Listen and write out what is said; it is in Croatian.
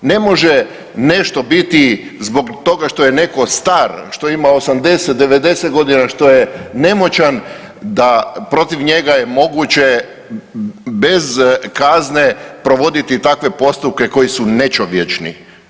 Ne može nešto biti zbog toga što je netko star, što ima 80, 90 godina, što je nemoćan, da protiv njega je moguće bez kazne provoditi takve postupke koji su nečovječni.